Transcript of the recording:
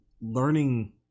learning